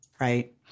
right